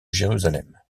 jérusalem